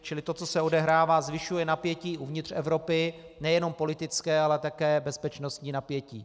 Čili to, co se odehrává, zvyšuje napětí uvnitř Evropy, nejenom politické, ale také bezpečnostní napětí.